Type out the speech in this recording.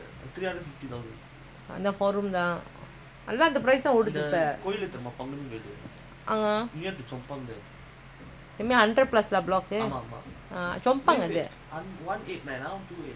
hundred plus ah block uh chong pang there two eight nine ah சித்திபிளாக்பின்னாடி:sitthi blockke pinnadi